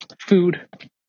food